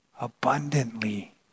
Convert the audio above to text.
abundantly